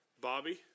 Bobby